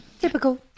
Typical